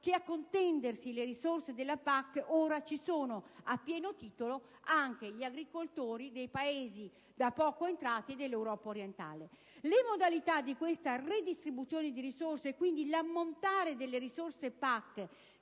che a contendersi le risorse della PAC ora vi sono, a pieno titolo, anche gli agricoltori dei Paesi dell'Europa orientale da poco entrati nell'Unione europea. Le modalità di questa redistribuzione di risorse e, quindi, l'ammontare delle risorse PAC